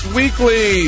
weekly